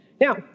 Now